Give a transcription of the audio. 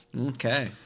Okay